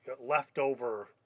leftover